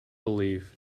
belief